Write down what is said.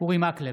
אורי מקלב,